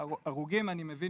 הרוגים אני מבין